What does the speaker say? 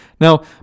Now